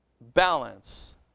balance